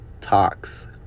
talks